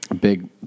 Big